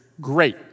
great